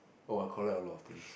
oh I collect a lot of things